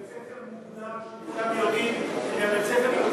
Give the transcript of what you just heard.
יש שם בית-ספר מוגדר שכולם יודעים שממנו יוצאות זריקות אבנים.